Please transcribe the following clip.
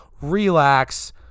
relax